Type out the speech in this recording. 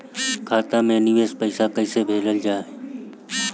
खाता से विदेश पैसा कैसे भेजल जाई?